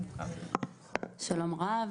שלום רב,